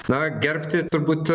na gerbti turbūt